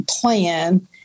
plan